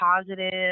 positive